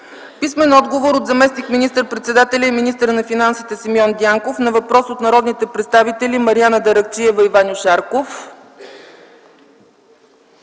събрание: - от заместник министър-председателя и министър на финансите Симеон Дянков на въпрос от народните представители Мариана Даракчиева и Ваньо Шарков;